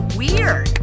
weird